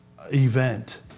event